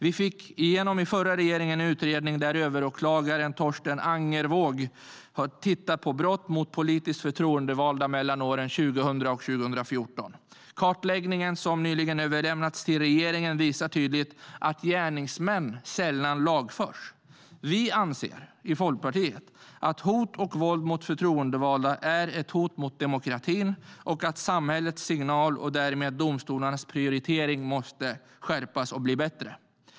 Vi fick under förra regeringen igenom tillsättandet av en utredning där överåklagaren Torsten Angervåg har tittat på brott mot politiskt förtroendevalda under åren 2000-2014. Kartläggningen, som nyligen överlämnades till regeringen, visar tydligt att sådana gärningsmän sällan lagförs. Vi i Folkpartiet anser att hot och våld mot förtroendevalda är ett hot mot demokratin och att samhällets signal och därmed domstolarnas prioritering måste förbättras.